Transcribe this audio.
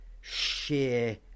sheer